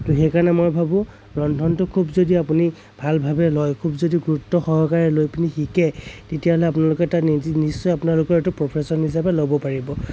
ত' সেইকাৰণে মই ভাৱো ৰন্ধনটো খুব যদি আপুনি ভাল ভাৱে লয় খুব যদি গুৰুত্ব সহকাৰে লৈ পিনি শিকে তেতিয়াহ'লে আপোনালোকে তাক নি নিশ্চয় আপোনালোকে এইটো প্ৰফেচন হিচাপে ল'ব পাৰিব